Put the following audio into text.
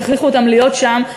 שהכריחו אותם להיות שם,